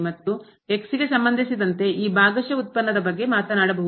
ಮತ್ತು ಗೆ ಸಂಬಂಧಿಸಿದಂತೆ ಈ ಭಾಗಶಃ ಉತ್ಪನ್ನದ ಬಗ್ಗೆ ಮಾತನಾಡಬಹುದು